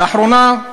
לאחרונה,